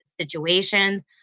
situations